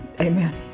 Amen